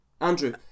Andrew